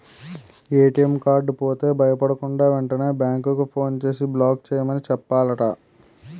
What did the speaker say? ATM card పోతే భయపడకుండా, వెంటనే బేంకుకి ఫోన్ చేసి బ్లాక్ చేయమని చెప్పాలట